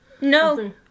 No